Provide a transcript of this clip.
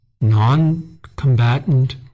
non-combatant